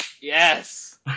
Yes